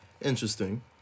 Interesting